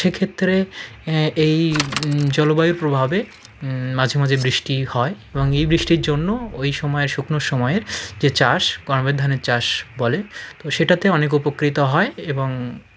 সেক্ষেত্রে এই জলবায়ুর প্রভাবে মাঝে মাঝে বৃষ্টি হয় এবং এই বৃষ্টির জন্য ওই সময় শুকনো সময়ের যে চাষ গমের ধানের চাষ বলে তো সেটাতে অনেকে উপকৃত হয় এবং